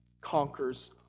conquers